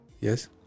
yes